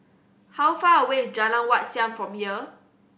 how far away is Jalan Wat Siam from here